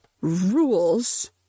rules